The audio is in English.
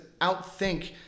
outthink